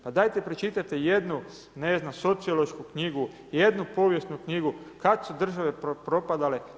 Pa dajte pročitajte jednu sociološku knjigu, jednu povijesnu knjigu kad su države propadale?